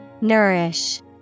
Nourish